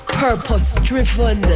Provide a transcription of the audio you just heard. purpose-driven